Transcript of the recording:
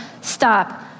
stop